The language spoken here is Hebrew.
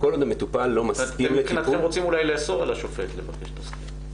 --- אתם מבחינתכם רוצים אולי לאסור על השופט לבקש תסקיר...